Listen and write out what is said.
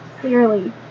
clearly